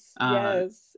Yes